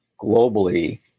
globally